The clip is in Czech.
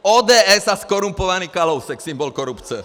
ODS a zkorumpovaný Kalousek, symbol korupce.